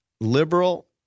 liberal